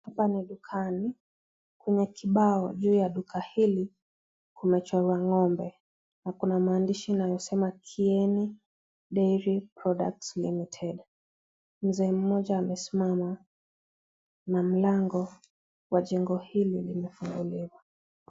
Hapa ni dukani . Kwenye kibao juu ya duka hili , kumechorwa ng'ombe . Kuna maandishi inayosema Kieni Daiy Products LTD . Mzee mmoja amesimama ,na mlango wa jengo hili limefunguliwa .